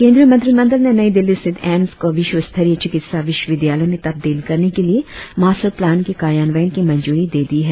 केंद्रीय मंत्रिमंडल ने नई दिल्ली स्थित एम्स को विश्वस्तरीय चिकित्सा विश्वविद्यालय में तब्दील करने के लिए मास्टर प्लान के कार्यान्वयन की मंजूरी दे दी है